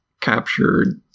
captured